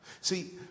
See